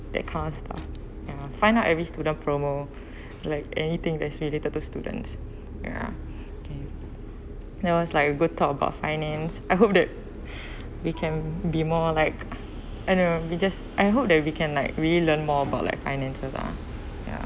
that kind of lah ya find out every student promo like anything that's related to students ya okay there was like a good talk about finance I hope that we can be more like I don't know we just I hope that we can like really learn more about like finance lah